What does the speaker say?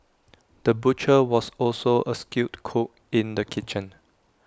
the butcher was also A skilled cook in the kitchen